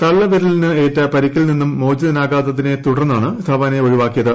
തള്ളവിരലിനേറ്റ പരിക്കിൽ നിന്ന് മോചിതനാകാത്തതിനെ തുടർന്നാണ് ധവാനെ ഒഴിവാക്കിയത്